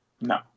No